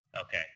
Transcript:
Okay